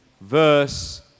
verse